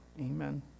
amen